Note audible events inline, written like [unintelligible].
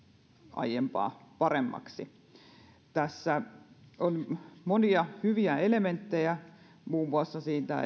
aiempaa paremmaksi tässä on monia hyviä elementtejä muun muassa siitä [unintelligible]